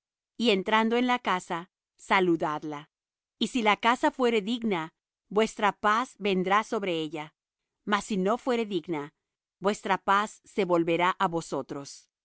y entrando en la casa saludadla y si la casa fuere digna vuestra paz vendrá sobre ella mas si no fuere digna vuestra paz se volverá á vosotros